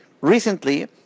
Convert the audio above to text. Recently